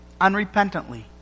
unrepentantly